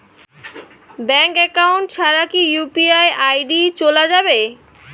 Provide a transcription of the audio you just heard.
Bank account ছাড়া কি UPI ID চোলা যাবে?